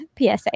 PSA